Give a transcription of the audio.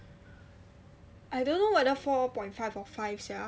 I don't know whether four point five or five sia